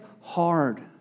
hard